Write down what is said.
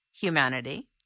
humanity